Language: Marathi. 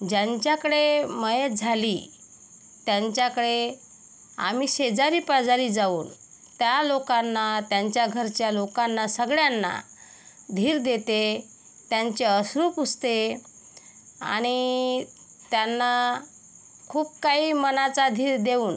ज्यांच्याकडे मयत झाली त्यांच्याकडे आम्ही शेजारीपाजारी जाऊन त्या लोकांना त्यांच्या घरच्या लोकांना सगळ्यांना धीर देते त्यांचे अश्रू पुसते आणि त्यांना खूप काही मनाचा धीर देऊन